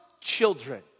children